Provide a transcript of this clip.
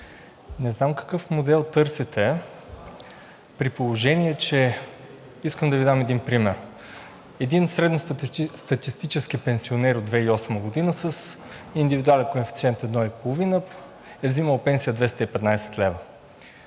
не знам какъв модел търсите, при положение че… Искам да Ви дам един пример. Един средностатистически пенсионер от 2008 г. с индивидуален коефициент 1,5 е взимал пенсия 215 лв.